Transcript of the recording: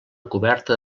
coberta